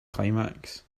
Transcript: climax